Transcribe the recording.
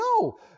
no